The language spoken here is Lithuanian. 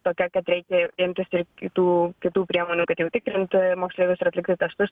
tokia kad reikia imtis ir kitų kitų priemonių kad jau tikrint moksleivius ir atlikti testus